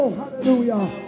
hallelujah